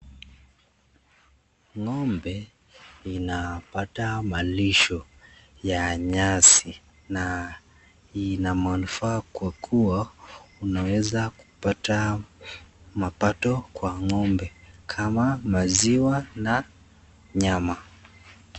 Ng'ombe inapata malisho ya nyasi, na ina manufaa kwa kuwa unaweza kupata mapato kwa ng'ombe kama maziwa na nyama.